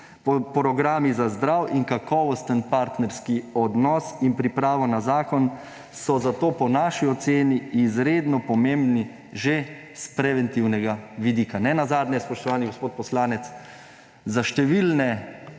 Programi za zdrav in kakovosten partnerski odnos in pripravo na zakon so zato po naši oceni izredno pomembni že s preventivnega vidika. Nenazadnje, spoštovani gospod poslanec, za številne